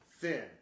thin